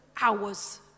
hours